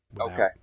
Okay